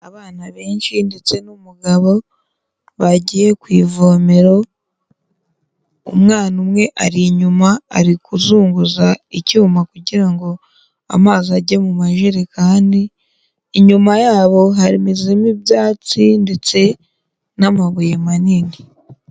Abana benshi ndetse n'umugabo bagiye ku ivomero, umwana umwe ari inyuma ari kuzunguza icyuma kugira ngo amazi age mu majerekani, inyuma yabo hamezemo ibyatsi ndetse n'amabuye manini.